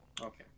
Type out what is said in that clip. okay